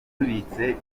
tubitse